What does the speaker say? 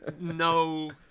no